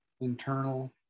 internal